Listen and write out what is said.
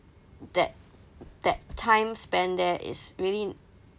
that that time spent there is really